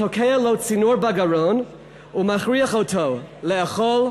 תוקע לו צינור בגרון ומכריח אותו לאכול,